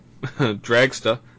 dragster